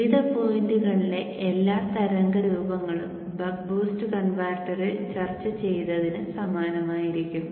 വിവിധ പോയിന്റുകളിലെ എല്ലാ തരംഗ രൂപങ്ങളും ബക്ക് ബൂസ്റ്റ് കൺവെർട്ടറിൽ ചർച്ച ചെയ്തതിന് സമാനമായിരിക്കും